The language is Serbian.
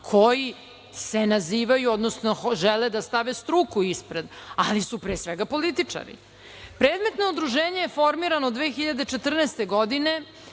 koji se nazivaju odnosno žele da stave struku ispred, ali su pre svega političari. Predmetno udruženje je formirano 2014. godine